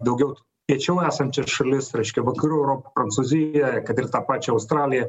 daugiau piečiau esančias šalis reiškia vakarų europą prancūziją kad ir tą pačią australiją